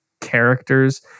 characters